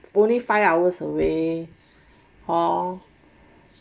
only five hours away hor